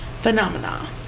phenomena